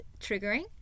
triggering